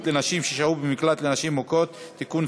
לנשים ששהו במקלט לנשים מוכות) (תיקון,